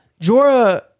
Jorah